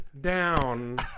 down